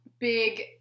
big